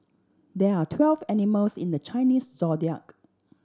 there are twelve animals in the Chinese Zodiac